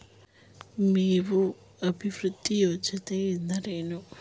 ಮೇವು ಅಭಿವೃದ್ಧಿ ಯೋಜನೆ ಎಂದರೇನು?